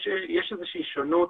יש איזושהי שונות